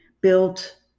built